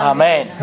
Amen